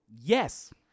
Yes